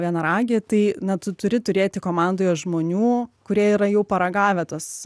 vienaragį tai na tu turi turėti komandoje žmonių kurie yra jau paragavę tos